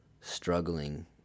struggling